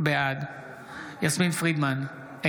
בעד יסמין פרידמן,